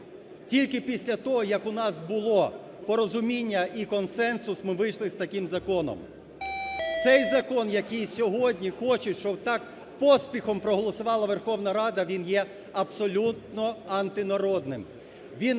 Тільки після того, як у нас було порозуміння і консенсус, ми вийшли з таким законом. Цей закон, який сьогодні хочуть, щоб так поспіхом проголосувала Верховна Рада, він є абсолютно антинародним. Він